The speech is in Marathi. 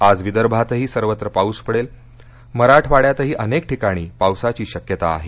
आज विदर्भातही सर्वत्र पाऊस पडेल मराठवाड्यातही अनेक ठिकाणी पावसाची शक्यता आहे